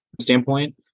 Standpoint